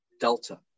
delta